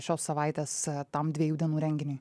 šios savaitės tam dviejų dienų renginiui